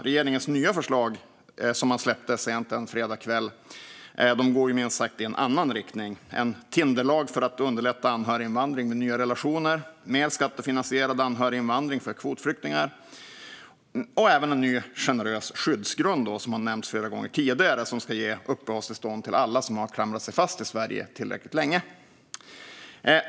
Regeringens nya förslag, som han släppte sent en fredagskväll, går minst sagt i en annan riktning: en Tinderlag för att underlätta anhöriginvandring med nya relationer, mer skattefinansierad anhöriginvandring för kvotflyktingar och även en ny, generös skyddsgrund, som har nämnts flera gånger tidigare, för att ge uppehållstillstånd till alla som har klamrat sig fast i Sverige tillräckligt länge.